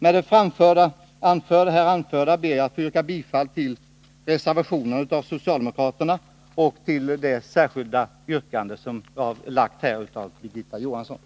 Med det anförda ber jag att få yrka bifall till de socialdemokratiska reservationerna och det särskilda yrkande som Birgitta Johansson har framställt.